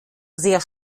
sehr